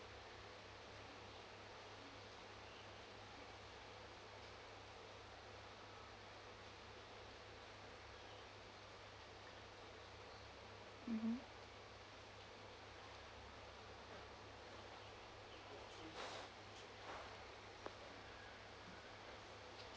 mmhmm